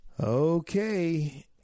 okay